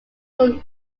rule